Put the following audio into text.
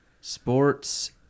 Sports